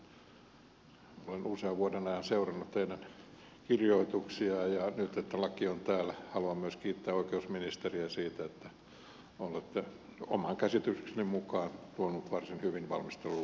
olen usean vuoden ajan seurannut teidän kirjoituksianne ja nyt kun laki on täällä haluan myös kiittää oikeusministeriä siitä että olette oman käsitykseni mukaan tuonut varsin hyvin valmistellun lain tänne eduskunnan käsittelyyn